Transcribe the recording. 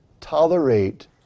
tolerate